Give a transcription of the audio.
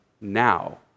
now